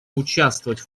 участвовать